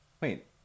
wait